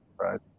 right